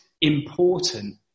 important